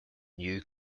new